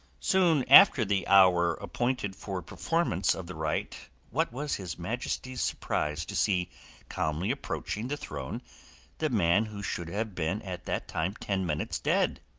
soon after the hour appointed for performance of the rite what was his majesty's surprise to see calmly approaching the throne the man who should have been at that time ten minutes dead!